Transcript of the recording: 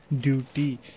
duty